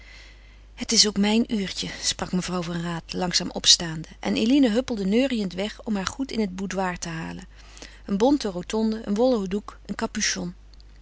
het is ook mijn uurtje sprak mevrouw van raat langzaam opstaande en eline huppelde neuriënd weg om haar goed in het boudoir te halen een bonten rotonde een wollen doek een capuchon